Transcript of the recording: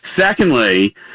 Secondly